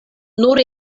nur